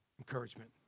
encouragement